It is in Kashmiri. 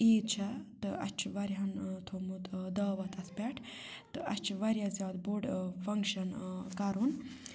عیٖد چھےٚ تہٕ اَسہِ چھُ واریاہَن تھوٚمُت دعوت اَتھ پٮ۪ٹھ تہٕ اَسہِ چھُ واریاہ زیادٕ بوٚڈ فَنٛگشَن کَرُن